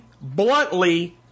bluntly